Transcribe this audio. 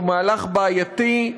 הוא מהלך בעייתי,